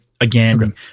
Again